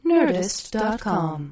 Nerdist.com